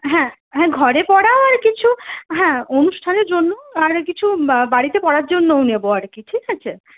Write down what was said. হ্যাঁ হ্যাঁ ঘরে পরাও আর কিছু হ্যাঁ অনুষ্ঠানের জন্যও আর কিছু বাড়িতে পরার জন্যও নেব আর কি ঠিক আছে